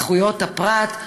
זכויות הפרט.